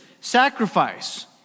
sacrifice